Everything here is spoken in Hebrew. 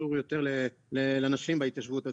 קשור יותר לנשים בהתיישבות הצעירה,